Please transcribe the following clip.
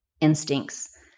instincts